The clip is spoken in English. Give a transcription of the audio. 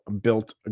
Built